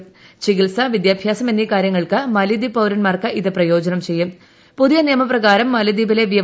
്ര ചികിത്സ വിദ്യാഭ്യാസം എന്നീകാര്യങ്ങൾക്ക് മാലി ദ്വീപ് പൌരൻമാർക്ക് ഇത് പ്രയോജനം പുതിയ നിയ്മപ്രകാരം മാലിദ്വീപിലെ ചെയ്യും